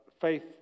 faith